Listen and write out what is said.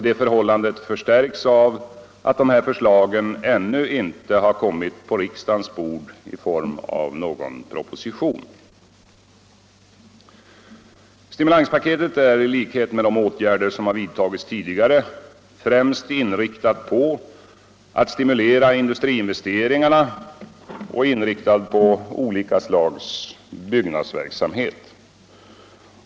Det förhållandet förstärks av att förslagen ännu inte har kommit på riksdagens bord i form av någon proposition. Stimulanspaketet är, i likhet med de åtgärder som har vidtagits tidigare, främst inriktat på att stimulera industriinvesteringarna och olika slags byggnadsverksamhet.